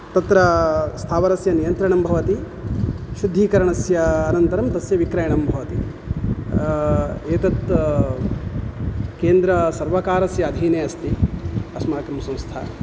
तत्र स्थावरस्य नियन्त्रणं भवति शुद्धीकरणस्य अनन्तरं तस्य विक्रयणं भवति एतत् केन्द्रसर्वकारस्य अधीने अस्ति अस्माकं संस्था